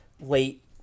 late